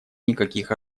никаких